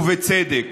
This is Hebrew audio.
ובצדק.